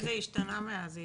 אולי זה השתנה מאז.